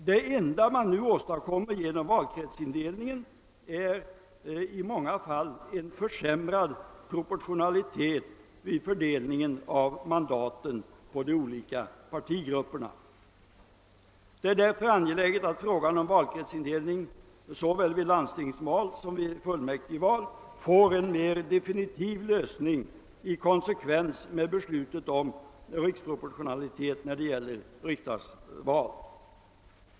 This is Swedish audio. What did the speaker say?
Det enda man nu åstadkommer genom valkretsindelningen är i många fall en försämrad proportionalitet vid fördelningen av mandaten på de olika partigrupperna. Det är därför angeläget att frågan om valkretsindelningen såväl vid landstingsval som vid fullmäktigeval får en mer definitiv lösning i konsekvens med beslutet om riksproportionalitet när det gäller riksdagsmannaval.